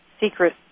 secret